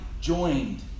joined